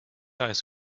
eyes